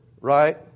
right